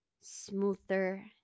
smoother